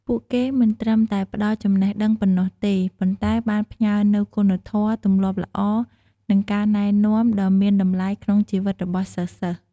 ពួកគេមិនត្រឹមតែផ្តល់ចំណេះដឹងប៉ុណ្ណោះទេ ប៉ុន្តែបានផ្ញើនូវគុណធម៌ ទម្លាប់ល្អ និងការណែនាំដ៏មានតម្លៃក្នុងជីវិតរបស់សិស្សៗ។